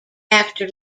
after